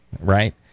right